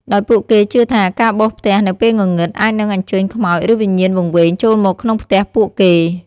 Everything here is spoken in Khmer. ដោយពួកគេជឿថា ការបោសផ្ទះនៅពេលងងឹត អាចនឹងអញ្ជើញខ្មោច ឬវិញ្ញាណវង្វេងចូលមកក្នុងផ្ទះពួកគេ។